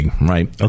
Right